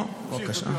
--- נו, בבקשה.